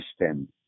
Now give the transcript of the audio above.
system